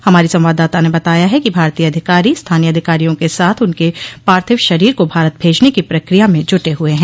हमारी संवाददाता ने बताया है कि भारतीय अधिकारी स्थानीय अधिकारियों के साथ उनके पार्थिव शरीर को भारत भेजने की प्रक्रिया में जुटे हुये हैं